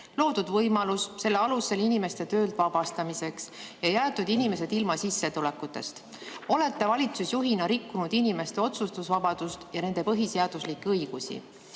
loodud võimalus selle alusel inimeste töölt vabastamiseks ja jäetud inimesed sissetulekutest ilma. Olete valitsusjuhina rikkunud inimeste otsustusvabadust ja nende põhiseaduslikke õigusi.